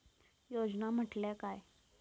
योजना म्हटल्या काय?